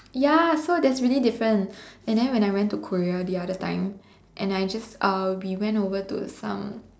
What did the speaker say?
ya so there's really different and then when I went to Korea the other time and I just uh we went over to some